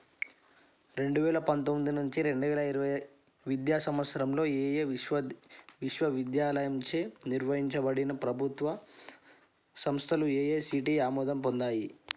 రెండువేల పంతొమ్మిది నుంచి రెండువేల ఇరవై విద్యా సంవత్సరంలో ఏయే విశ్వ విశ్వవిద్యాలయంచే నిర్వహించబడిన ప్రభుత్వ సంస్థలు ఏఐసిటి ఆమోదం పొందాయి